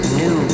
new